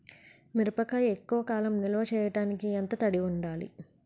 మిరపకాయ ఎక్కువ కాలం నిల్వ చేయటానికి ఎంత తడి ఉండాలి?